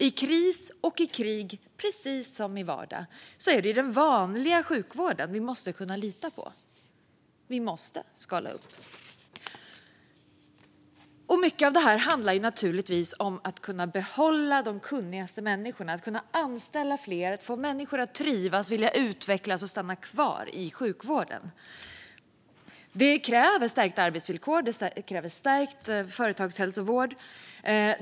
I kris och i krig, precis som i vardagen, är det den vanliga sjukvården vi måste lita på. Vi måste skala upp. Mycket av det här handlar naturligtvis om att behålla de kunnigaste människorna, att anställa fler, få människor att trivas, utvecklas och vilja stanna kvar i sjukvården. Det kräver stärkta arbetsvillkor och stärkt företagshälsovård.